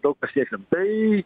daug pasieksim tai